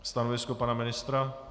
Stanovisko pana ministra?